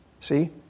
See